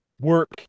work